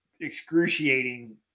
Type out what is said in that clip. excruciating